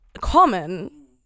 common